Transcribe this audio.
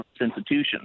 institutions